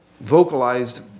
vocalized